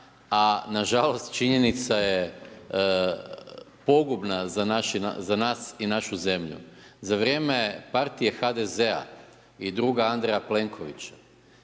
a nažalost činjenica je pogubna za nas i našu zemlju. Za vrijeme partije HDZ-a i druga Andreja Plenkovića